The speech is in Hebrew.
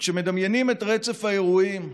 וכשמדמיינים את רצף האירועים,